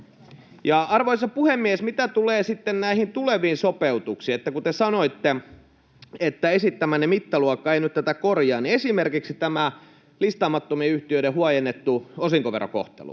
Arvoisa puhemies! Mitä tulee sitten näihin tuleviin sopeutuksiin, kun te sanoitte, että esittämänne mittaluokka ei nyt tätä korjaa, niin esimerkiksi tämän listaamattomien yhtiöiden huojennetun osinkoverokohtelun,